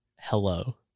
Hello